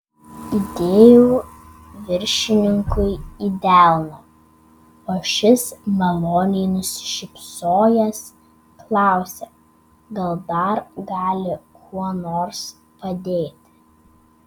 įdėjau viršininkui į delną o šis maloniai nusišypsojęs klausė gal dar gali kuo nors padėti